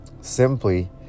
simply